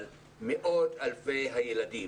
אלא גם על מאות אלפי הילדים,